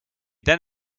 then